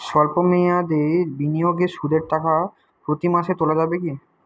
সল্প মেয়াদি বিনিয়োগে সুদের টাকা প্রতি মাসে তোলা যাবে কি?